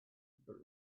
but